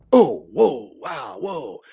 oh, whoa, wow, whoa.